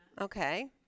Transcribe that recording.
Okay